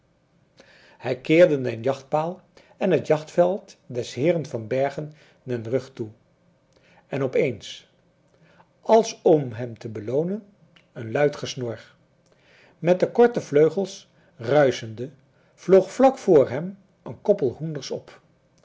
hij keerde den jachtpaal en het jachtveld des heeren van bergen den rug toe en op eens als om hem te beloonen een luid gesnor met de korte vleugels ruischende vloog vlak vr hem een koppel hoenders op